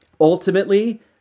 Ultimately